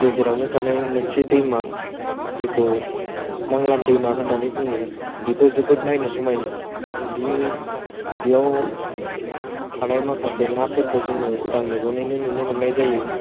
गेजेरावनो थानाय मोनसे दैमा जिखौ नांलाम दैमा होननानै बुङो बेबो जोबोद नायनो समायना बियो बेयाव थानाय माखासे नाफोरखौ जोङो उदां मेगनैनो नुनो मोननाय जायो